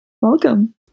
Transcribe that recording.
Welcome